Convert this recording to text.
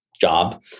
job